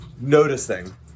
noticing